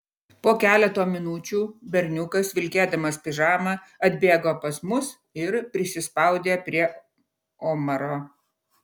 po keleto minučių berniukas vilkėdamas pižamą atbėgo pas mus ir prisispaudė prie omaro